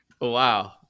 Wow